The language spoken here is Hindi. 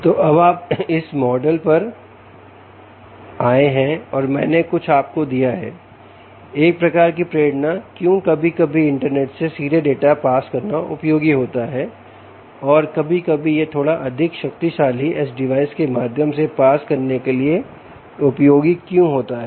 तो अब आप इस मॉडल पर आए हैं और मैंने कुछ आपको दिया है एक प्रकार की प्रेरणा क्यों कभी कभी इंटरनेट से सीधे डाटा पास करना उपयोगी होता है और कभी कभी यह थोड़ा अधिक शक्तिशाली एज डिवाइस के माध्यम से पास करने के लिए उपयोगी क्यों होता है